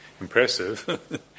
impressive